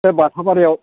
बे बाथाबारियाव